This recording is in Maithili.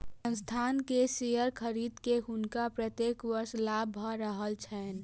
संस्थान के शेयर खरीद के हुनका प्रत्येक वर्ष लाभ भ रहल छैन